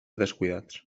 descuidats